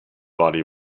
body